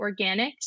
Organics